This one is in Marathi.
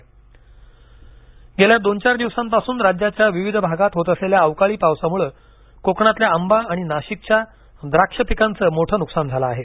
आंबा गेल्या दोन चार दिवसांपासून राज्याच्या विविध भागात होत असलेल्या अवकाळी पावसामुळं कोकणातल्या आंबा आणि नाशिकच्या द्राक्ष पिकांचं मोठं नुकसान झालं आहे